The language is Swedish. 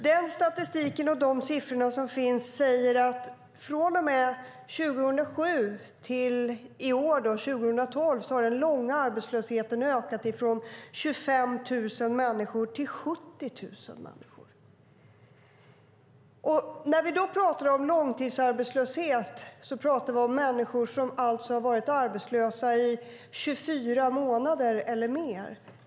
Den statistik och de siffror som finns säger att från och med 2007 till i år, 2012, har den långa arbetslösheten ökat från 25 000 människor till 70 000 människor. När vi talar om långtidsarbetslöshet talar vi alltså om människor som har varit arbetslösa i 24 månader eller mer.